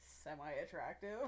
semi-attractive